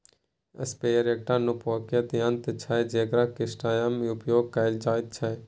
sprayer एकटा नोपानियुक्त यन्त्र छै जेकरा कृषिकार्यमे उपयोग कैल जाइत छै